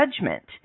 judgment